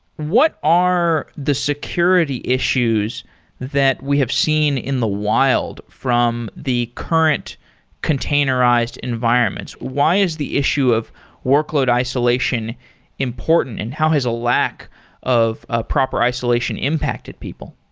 what are the security issues that we have seen in the wild from the current containerized environments? why is the issue of workload isolation important and how has a lack of a proper isolation impacted people?